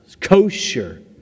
Kosher